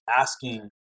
asking